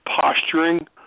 posturing